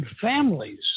families